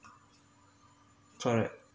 correct